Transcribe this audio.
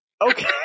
Okay